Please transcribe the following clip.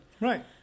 Right